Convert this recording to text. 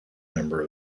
member